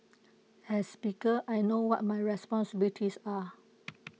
as Speaker I know what my responsibilities are